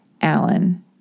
Allen